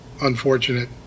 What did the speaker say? Unfortunate